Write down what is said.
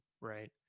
right